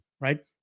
right